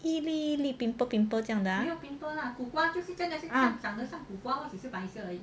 一粒一粒 pimple pimple 这样的 ah